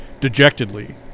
dejectedly